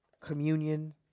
communion